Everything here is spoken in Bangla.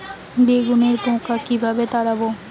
বেগুনের পোকা কিভাবে তাড়াব?